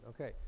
Okay